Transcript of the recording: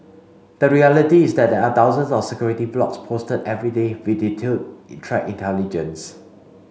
the reality is that there are thousands of security blogs posted every day with detailed threat intelligence